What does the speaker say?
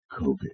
COVID